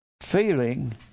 feeling